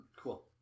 Cool